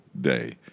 day